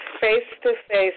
face-to-face